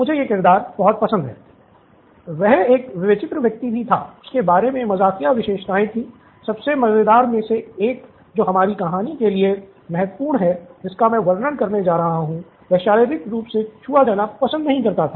मुझे ये किरदार बहुत पसंद है वह एक विचित्र व्यक्ति भी था उसके बारे में मजाकिया विशेषताएँ थीं सबसे मजेदार में से एक जो हमारी कहानी के लिए महत्वपूर्ण है जिसका मैं वर्णन करने जा रहा हूं कि वह शारीरिक रूप से छुआ जाना पसंद नहीं करता है